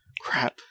crap